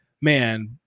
man